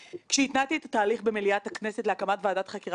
שבו ניהלתי משא ומתן עם הרגולטורים שעליהם אנחנו אמורים